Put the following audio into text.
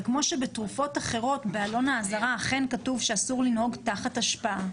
וכמו שבתרופות אחרות בעלון האזהרה אכן כתוב שאסור לנהוג תחת השפעה,